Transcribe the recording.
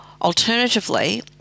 Alternatively